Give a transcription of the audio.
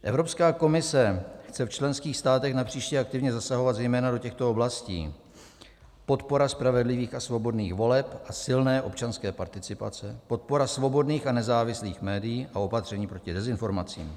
Evropská komise chce v členských státech napříště aktivně zasahovat zejména do těchto oblastí: podpora spravedlivých a svobodných voleb a silné občanské participace, podpora svobodných a nezávislých médií a opatření proti dezinformacím.